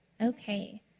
Okay